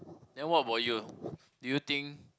then what about you do you think